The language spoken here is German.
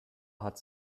hat